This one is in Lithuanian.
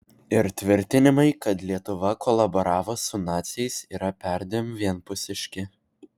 ir tvirtinimai kad lietuva kolaboravo su naciais yra perdėm vienpusiški